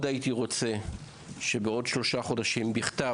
מאוד הייתי רוצה שבעוד שלושה חודשים בכתב,